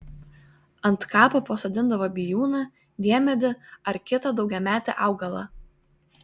ant kapo pasodindavo bijūną diemedį ar kitą daugiametį augalą